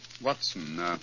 Watson